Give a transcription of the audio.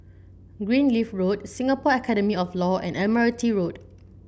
Greenleaf Road Singapore Academy of Law and Admiralty Road